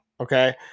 okay